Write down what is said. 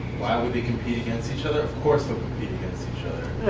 why would they compete against each other? of course they'll compete against each other.